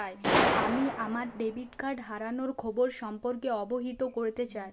আমি আমার debit card হারানোর খবর সম্পর্কে অবহিত করতে চাই